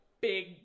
big